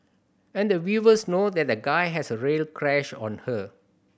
and the viewers know that the guy has a real crush on her